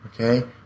Okay